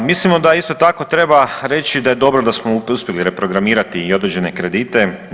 Mislimo da isto tako treba reći da je dobro da smo uspjeli reprogramirati i određene kredite.